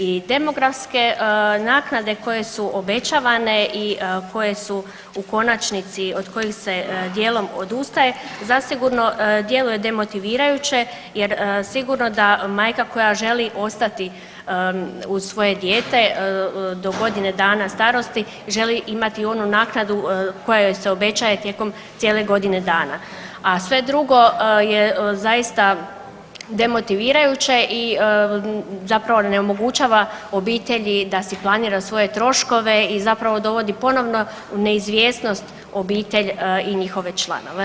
I demografske naknade koje su obećavane i koje su u konačnici, od kojih se djelom odustaje, zasigurno djeluje demotivirajuće jer sigurno da majka koja želi ostati uz svoje dijete do godine dana starosti želi imati onu naknadu koja joj se obećaje tijekom cijele godine dana, a sve drugo je zaista demotivirajuće i zapravo onemogućava obitelji da si planira svoje troškove i zapravo dovodi ponovno u neizvjesnost obitelj i njihove članove.